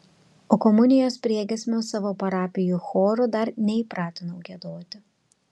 o komunijos priegiesmio savo parapijų chorų dar neįpratinau giedoti